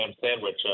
sandwich